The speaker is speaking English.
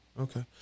Okay